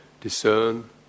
discern